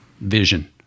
vision